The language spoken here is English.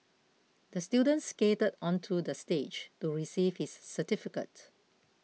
the student skated onto the stage to receive his certificate